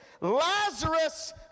Lazarus